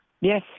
yes